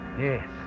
Yes